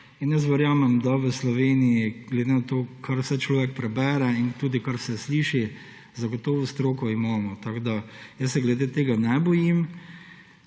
in verjamem, da v Sloveniji, glede na to, kar vse človek prebere in tudi kar vse sliši, zagotovo stroko imamo. Jaz se glede tega ne bojim.